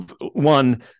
one